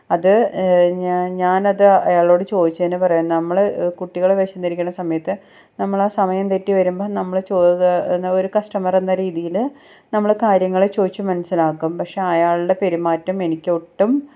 അത് ഞാൻ ഞാനത് അയാളോട് ചോദിച്ചതിന് പറയുവാണ് നമ്മൾ കുട്ടികൾ വിശന്നിരിക്കുന്ന സമയത്ത് നമ്മൾ ആ സമയം തെറ്റി വരുമ്പോൾ നമ്മൾ ചോ എന്നാ ഒരു കസ്റ്റമർ എന്ന രീതിയിൽ നമ്മൾ കാര്യങ്ങൾ ചോദിച്ചു മനസ്സിലാക്കും പക്ഷേ അയാളുടെ പെരുമാറ്റം എനിക്ക് ഒട്ടും